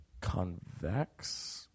convex